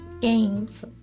games